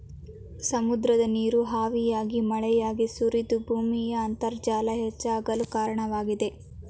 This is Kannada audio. ಸಮುದ್ರದ ನೀರು ಹಾವಿಯಾಗಿ ಮಳೆಯಾಗಿ ಸುರಿದು ಭೂಮಿಯ ಅಂತರ್ಜಲ ಹೆಚ್ಚಾಗಲು ಕಾರಣವಾಗಿದೆ